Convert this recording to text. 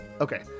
Okay